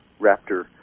raptor